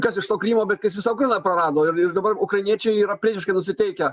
kas iš to krymo bet kai jis visą ukrainą prarado ir ir dabar ukrainiečiai yra priešiškai nusiteikę